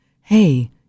hey